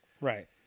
Right